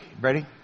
Ready